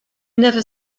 never